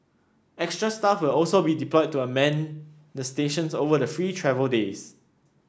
extra staff will also be deployed to a man the stations over the free travel days